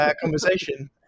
conversation